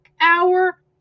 hour